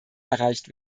erreicht